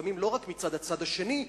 לפעמים לא רק מצד הצד השני,